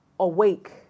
awake